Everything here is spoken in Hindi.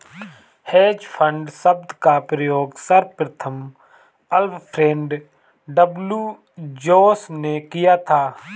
हेज फंड शब्द का प्रयोग सर्वप्रथम अल्फ्रेड डब्ल्यू जोंस ने किया था